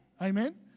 Amen